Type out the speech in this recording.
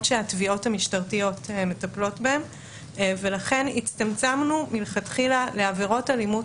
שהתביעות המשטרתיות מטפלות בהן ולכן הצטמצמנו מלכתחילה לעבירות אלימות